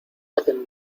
hacen